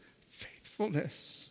faithfulness